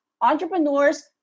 entrepreneurs